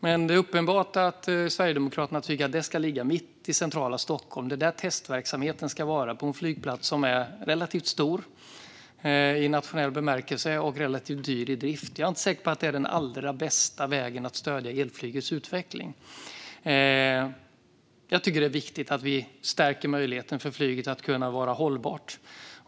Men det är uppenbart att Sverigedemokraterna tycker att testverksamheten ska ligga på en flygplats mitt i Stockholm som är relativt stor nationellt sett och dyr i drift. Jag är dock inte säker på att det är den allra bästa vägen att stödja elflygets utveckling. Det är viktigt att vi stärker möjligheten för flyget att vara hållbart.